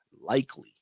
likely